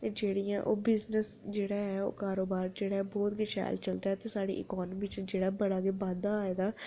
ते जेह्ड़ियां ओह् बिजनेस जेह्ड़ा ऐ ओह् कारोबार बहुत गै शैल चलदा ऐ ते साढ़ी इकानमी जेह्ड़ा ऐ बड़ा गै बाद्धा ऐ एह्दा